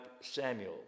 Samuel